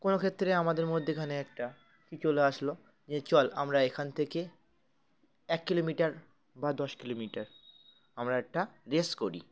কোনো ক্ষেত্রে আমাদের মধ্যেখানে একটা কী চলে আসলো যে চল আমরা এখান থেকে এক কিলোমিটার বা দশ কিলোমিটার আমরা একটা রেস করি